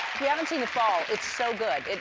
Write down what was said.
you haven't seen the fall, it's so good.